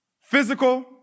physical